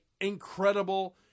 Incredible